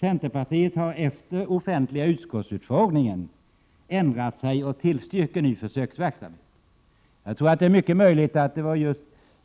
Centerpartiet har efter den offentliga utskottsutfrågningen ändrat sig och tillstyrker nu försöksverksamheten. Jag tror att det var